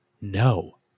no